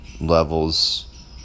levels